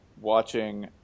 watching